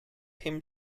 him